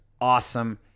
awesome